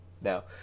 Now